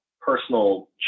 personal